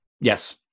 Yes